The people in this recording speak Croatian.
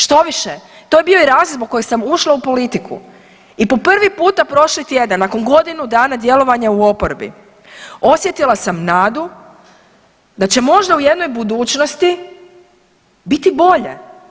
Štoviše, to je bio i razlog zbog kojeg sam ušla u politiku i po prvi puta prošli tjedan nakon godinu dana djelovanja u oporbi, osjetila sam nadu da će možda u jednoj budućnosti biti bolje.